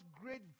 great